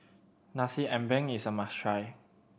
Nasi Ambeng is a must try